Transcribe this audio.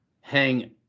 hang